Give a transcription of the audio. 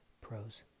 pros